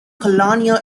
colonial